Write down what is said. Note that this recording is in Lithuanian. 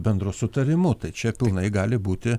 bendru sutarimu tai čia pilnai gali būti